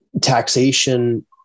taxation